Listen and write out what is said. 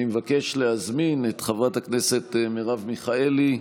אני מבקש להזמין את חברת הכנסת מרב מיכאלי,